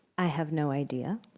i have no idea.